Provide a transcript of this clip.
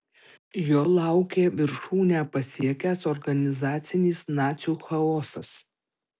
jo laukė viršūnę pasiekęs organizacinis nacių chaosas